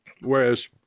Whereas